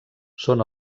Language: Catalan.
són